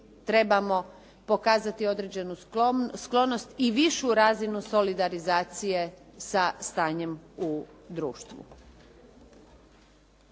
trebamo pokazati određenu sklonost i višu razinu solidarizacije sa stanjem u društvu.